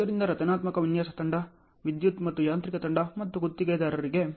ಆದ್ದರಿಂದ ರಚನಾತ್ಮಕ ವಿನ್ಯಾಸ ತಂಡ ವಿದ್ಯುತ್ ಮತ್ತು ಯಾಂತ್ರಿಕ ತಂಡ ಮತ್ತು ಗುತ್ತಿಗೆದಾರರಿದ್ದಾರೆ